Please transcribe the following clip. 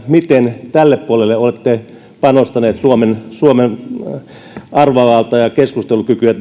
miten olette tälle puolelle panostaneet suomen suomen arvovaltaa ja keskustelukykyä